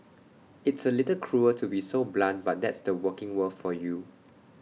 it's A little cruel to be so blunt but that's the working world for you